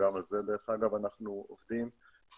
שגם על זה אנחנו עובדים במקביל.